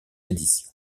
édition